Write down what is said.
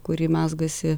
kuri mezgasi